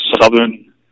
southern